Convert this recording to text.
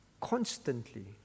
constantly